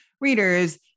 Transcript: readers